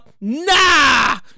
nah